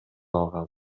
алгам